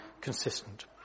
consistent